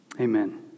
Amen